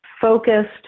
focused